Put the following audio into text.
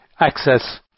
access